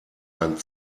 ein